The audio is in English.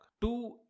Two